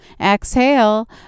Exhale